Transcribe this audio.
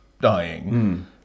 dying